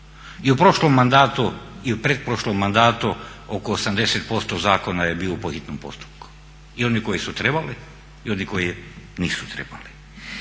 I u prošlom i pretprošlom mandatu oko 80% zakona je bilo po hitnom postupku i oni koji su trebali i oni koji nisu trebali.